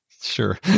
Sure